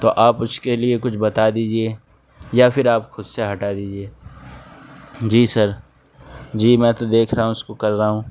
تو آپ اس کے لیے کچھ بتا دیجیے یا پھر آپ خود سے ہٹا دیجیے جی سر جی میں تو دیکھ رہا ہوں اس کو کر رہا ہوں